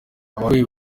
abarwayi